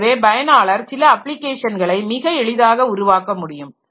எனவே பயனாளர் சில அப்ளிகேஷன்களை மிக எளிதாக உருவாக்க முடியும்